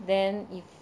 then